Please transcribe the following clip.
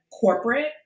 corporate